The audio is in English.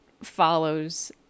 follows